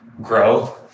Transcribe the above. grow